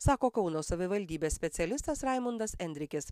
sako kauno savivaldybės specialistas raimundas andrikis